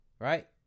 right